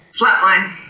flatline